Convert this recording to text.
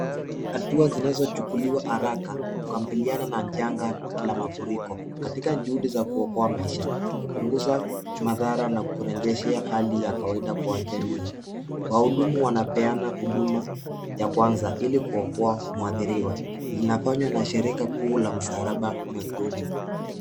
Hatua zinazochukuliwa haraka kukabiliana na janga la mafuriko. Katika juhudi za kuokoa maisha, kupunguza madhara na kurejeshea hali ya kawaida kwa jamii. Wahudumu wanapeana huduma ya kwanza ili kuokoa mwathiriwa. Inafanywa na shirika kuu la Msalaba Mwekundu.